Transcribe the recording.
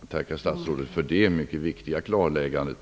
Fru talman! Jag tackar statsrådet för det mycket viktiga klarläggandet.